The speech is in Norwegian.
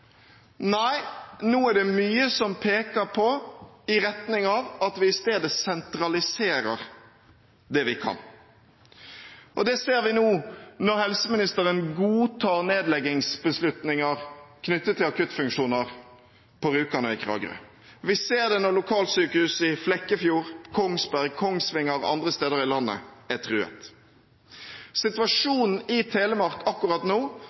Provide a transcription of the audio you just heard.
Nei, nå er det mye som peker i retning av at vi i stedet «sentraliserer det vi kan». Det ser vi nå når helseministeren godtar nedleggingsbeslutninger knyttet til akuttfunksjoner på Rjukan og i Kragerø. Vi ser det når lokalsykehus i Flekkefjord, Kongsberg, Kongsvinger og andre steder i landet er truet. Situasjonen i Telemark akkurat nå